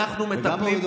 אנחנו מטפלים,